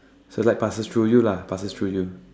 so like passes through you lah passes through you